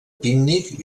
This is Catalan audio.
pícnic